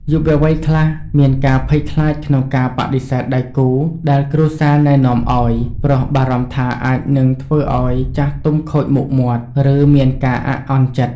យុវវ័យខ្លះមានការភ័យខ្លាចក្នុងការបដិសេធដៃគូដែលគ្រួសារណែនាំឱ្យ ព្រោះបារម្ភថាអាចនឹងធ្វើឱ្យចាស់ទុំខូចមុខមាត់ ឬមានការអាក់អន់ចិត្ត។